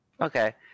okay